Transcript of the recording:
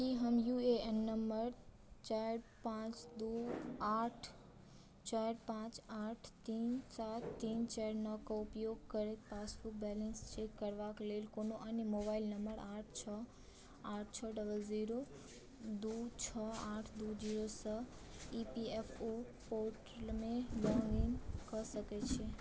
की हम U A N number चारि पाँच दू आठ चारि पाँच आठ तीन सात तीन चारि नओ कऽ उपयोग करैत पासबुक बैलेंस चेक करबाक लेल कोनो अन्य मोबाइल नम्बर आठ छओ आठ छओ डबल ज़ीरो दू छओ आठ दू ज़ीरोसँ ई पी एफ ओ पोर्टलमे लॉग इन कऽ सकैत छी